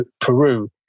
Peru